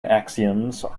axioms